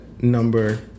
number